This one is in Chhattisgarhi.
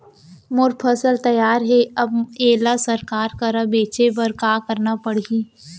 मोर फसल तैयार हे अब येला सरकार करा बेचे बर का करना पड़ही?